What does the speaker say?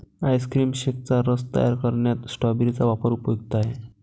ice cream शेकचा रस तयार करण्यात स्ट्रॉबेरी चा वापर उपयुक्त आहे